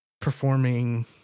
performing